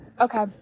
okay